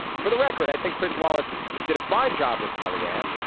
for the record i think chris wallace did a fine job with kellyanne.